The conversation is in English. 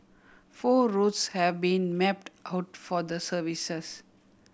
four routes have been mapped coat for the services